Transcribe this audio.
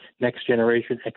next-generation